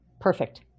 Perfect